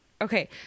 Okay